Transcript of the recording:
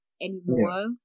anymore